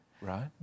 Right